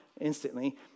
instantly